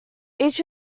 each